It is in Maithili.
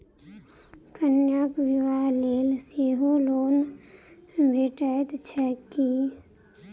कन्याक बियाह लेल सेहो लोन भेटैत छैक की?